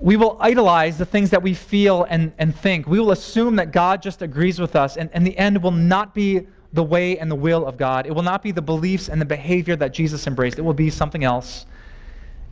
we will idolize the things that we feel and and think. we will assume that god just agrees with us and and the end will not be the way and the will of god. it will not be the beliefs and the behavior that jesus embraced. it will be something else